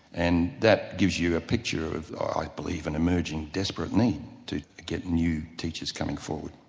and that gives you a picture of, i believe, an emerging, desperate need to get new teachers coming forward.